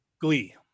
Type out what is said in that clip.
glee